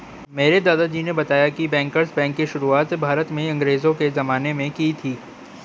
मेरे दादाजी ने बताया की बैंकर्स बैंक की शुरुआत भारत में अंग्रेज़ो के ज़माने में की थी